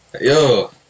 yo